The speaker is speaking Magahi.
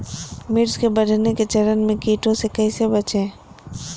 मिर्च के बढ़ने के चरण में कीटों से कैसे बचये?